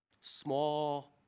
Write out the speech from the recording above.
small